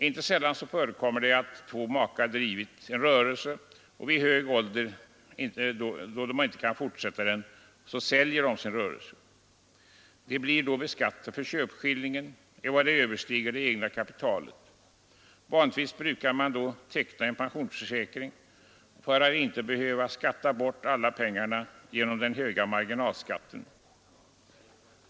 Inte sällan förekommer det att två makar, som drivit en rörelse och vid hög ålder icke kan fortsätta den, säljer sin rörelse. De blir då beskattade för den del av köpeskillingen som överstiger det egna kapitalet. Vanligtvis tecknar de en pensionsförsäkring för att icke genom den höga marginalskatten behöva skatta bort alla pengarna.